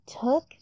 took